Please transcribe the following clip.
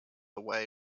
away